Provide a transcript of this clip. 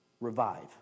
revive